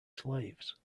slaves